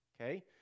okay